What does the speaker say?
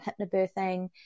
hypnobirthing